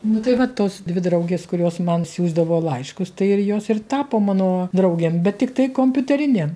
nu tai va tos dvi draugės kurios man siųsdavo laiškus tai ir jos ir tapo mano draugėm bet tiktai kompiuterinėm